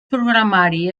programari